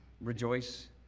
rejoice